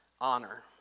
honor